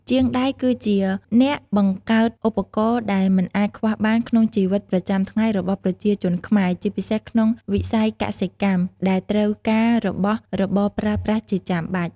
ជាងដែកគឺជាអ្នកបង្កើតឧបករណ៍ដែលមិនអាចខ្វះបានក្នុងជីវិតប្រចាំថ្ងៃរបស់ប្រជាជនខ្មែរ ជាពិសេសក្នុងវិស័យកសិកម្ម ដែលត្រូវការរបស់របរប្រើប្រាស់ជាចាំបាច់។